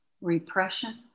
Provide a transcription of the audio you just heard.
repression